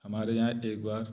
हमारे यहाँ एक बार